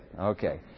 Okay